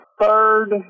third